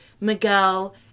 Miguel